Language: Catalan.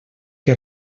que